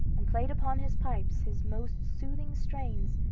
and played upon his pipes his most soothing strains,